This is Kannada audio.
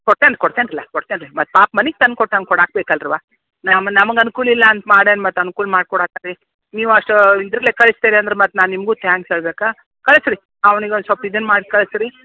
ಕೊಡ್ತೇನೆ ಕೊಡ್ತೇನಲ ಕೊಡ್ತೇನೆ ರೀ ಮತ್ತೆ ಪಾಪ ಮನೆಗ್ ತಂದು ಕೊಟ್ಟಂವ್ಗೆ ಕೊಡಕ್ಕೆ ಬೇಕಲ್ಲವ ನಮ್ಮ ನಮಗೆ ಅನ್ಕೂಲ ಇಲ್ಲ ಅಂತ ಮಾಡ್ಯಾನೆ ಮತ್ತು ಅನ್ಕೂಲ ಮಾಡ್ಕೋಡಕ್ಕೆ ರೀ ನೀವು ಅಷ್ಟೂ ಇದರಲ್ಲೆ ಕಳ್ಸ್ತೀರ ಅಂದ್ರೆ ಮತ್ತೆ ನಾನು ನಿಮಗು ತ್ಯಾಂಕ್ಸ್ ಹೇಳಬೇಕಾ ಕಳ್ಸಿ ರೀ ಅವ್ನಿಗೊಂದು ಸ್ವಲ್ಪ ಇದನ್ನು ಮಾಡಿ ಕಳ್ಸಿ ರೀ